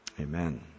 Amen